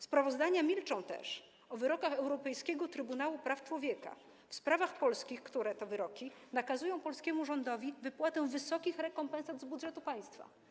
Sprawozdania milczą też o wyrokach Europejskiego Trybunału Praw Człowieka w sprawach polskich, które to wyroki nakazują polskiemu rządowi wypłatę wysokich rekompensat z budżetu państwa.